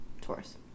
Taurus